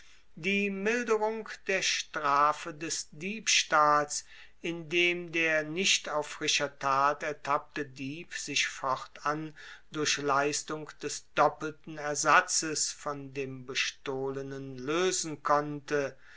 die milderung der strafe des diebstahls indem der nicht auf frischer tat ertappte dieb sich fortan durch leistung des doppelten ersatzes von dem bestohlenen loesen konnte